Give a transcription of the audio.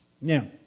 Now